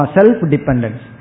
Self-Dependence